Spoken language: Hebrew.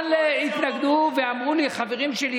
אבל התנגדו ואמרו לי חברים שלי,